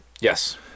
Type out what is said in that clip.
Yes